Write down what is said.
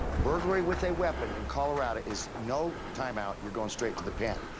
burglary with a weapon in colorado is no time out, you're going straight to the pen.